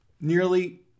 nearly